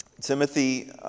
Timothy